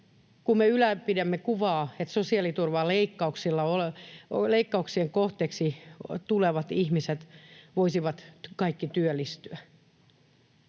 kun me ylläpidämme kuvaa, että sosiaaliturvaleikkauksien kohteeksi tulevat ihmiset voisivat kaikki työllistyä.